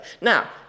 Now